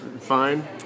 fine